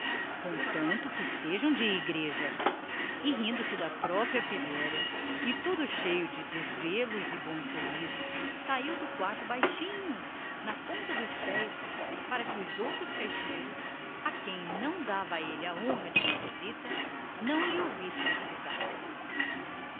mas que sejam de igreja compreende e rindo com a própria pilhéria e todo cheio de sorrisos de boa intenção saiu do quarto na ponta dos pés cautelosamente para que os outros caixeiros a quem ele não dava a honra de uma visita daquelas não lhe ouvissem as pisadas